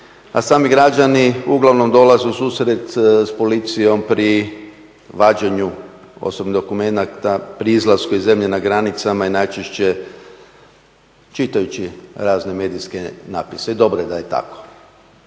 a sami građani uglavnom dolaze u susret s policijom pri vađenju osobnih dokumenata pri izlasku iz zemlje na granicama i najčešće čitajući razne medijske napise i dobro je da je tako.